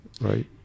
right